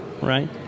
right